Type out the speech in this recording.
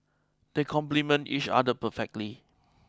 they complement each other perfectly